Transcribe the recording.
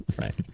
right